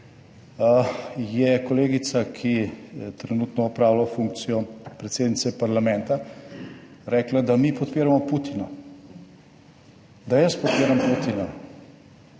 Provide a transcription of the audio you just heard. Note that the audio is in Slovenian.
je kolegica, ki trenutno opravlja funkcijo predsednice parlamenta, rekla, da mi podpiramo Putina, da jaz podpiram Putina,